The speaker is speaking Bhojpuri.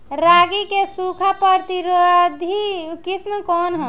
रागी क सूखा प्रतिरोधी किस्म कौन ह?